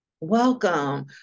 Welcome